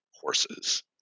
horses